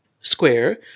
square